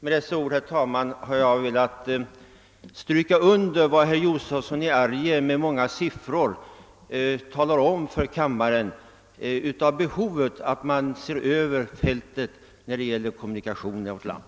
Med dessa ord har jag, herr talman, velat stryka under vad herr Josefson i Arrie med många siffror sökt belysa för kammaren beträffande behovet av att man ser över hela fältet i fråga om kommunikationerna i vårt land.